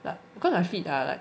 but because my feet are like